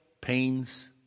pains